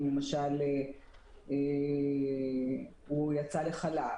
אם למשל הוא יצא לחל"ת,